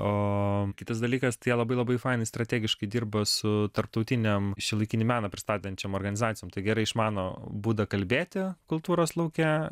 o kitas dalykas tai jie labai labai fainai ir strategiškai dirba su tarptautinėm šiuolaikinį meną pristatančiom organizacijom tai gerai išmano būdą kalbėti kultūros lauke